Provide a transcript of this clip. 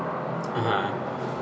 (uh huh)